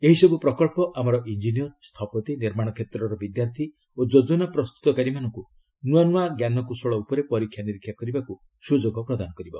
ଏହିସବୁ ପ୍ରକଳ୍ପ ଆମର ଇଞ୍ଜିନିୟର୍ ସ୍ଥପତି ନିର୍ମାଣ କ୍ଷେତ୍ରର ବିଦ୍ୟାର୍ଥୀ ଓ ଯୋଜନା ପ୍ରସ୍ତୁତକାରୀମାନଙ୍କୁ ନୂଆ ଜ୍ଞାନକୌଶଳ ଉପରେ ପରୀକ୍ଷା ନିରୀକ୍ଷା କରିବାକୁ ସୁଯୋଗ ପ୍ରଦାନ କରିବ